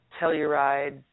Telluride